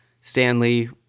Stanley